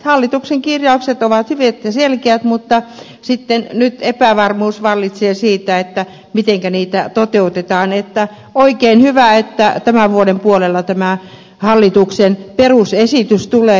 hallituksen kirjaukset ovat hyvät ja selkeät mutta nyt epävarmuus vallitsee siitä mitenkä niitä toteutetaan niin että oikein hyvä että tämän vuoden puolella tämä hallituksen perusesitys tulee